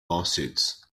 lawsuits